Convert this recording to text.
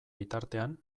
bitartean